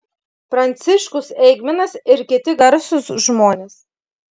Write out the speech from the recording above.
pranciškus eigminas ir kiti garsūs žmonės